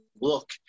look